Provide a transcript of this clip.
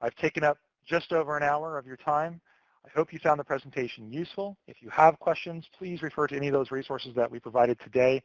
i've taken up just over an hour of your time. i hope you found the presentation useful. if you have questions, please refer to any of those resources that we provided today